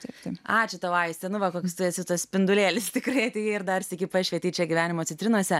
tai ačiū tą vaistą nu va koks tu esi tas spindulėlis tikrai atėjai ir dar sykį pašvietei čia gyvenimo citrinose